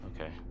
Okay